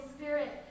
Spirit